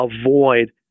avoid